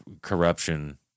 corruption